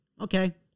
okay